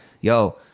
yo